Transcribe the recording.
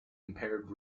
impaired